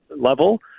level